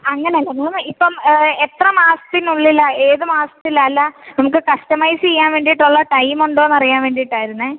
അങ്ങനെ അല്ല മാം ഇപ്പം എത്ര മാസത്തിന് ഉള്ളിലാ ഏത് മാസത്തിലാ അല്ല നമുക്ക് കസ്റ്റമൈസ് ചെയ്യാൻ വേണ്ടീട്ട് ഉള്ള ടൈമ് ഉണ്ടോയെന്നറിയാൻ വേണ്ടീട്ട് ആയിരുന്നെ